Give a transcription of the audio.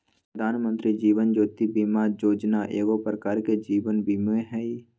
प्रधानमंत्री जीवन ज्योति बीमा जोजना एगो प्रकार के जीवन बीमें हइ